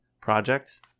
project